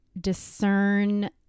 discern